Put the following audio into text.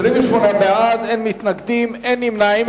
28 בעד, אין מתנגדים, אין נמנעים.